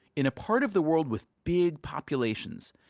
in a part of the world with big populations,